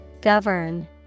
Govern